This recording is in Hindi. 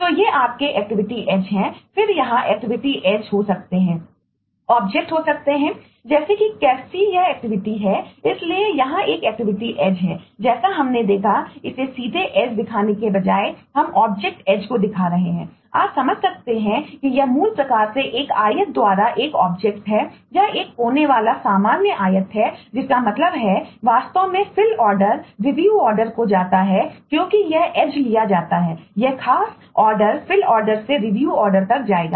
तो ये आपके एक्टिविटी एज तक जाएगा